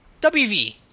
WV